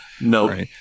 No